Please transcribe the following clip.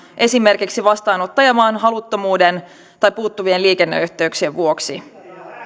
esimerkiksi vastaanottajamaan haluttomuuden tai puuttuvien liikenneyhteyksien vuoksi